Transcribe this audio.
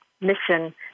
mission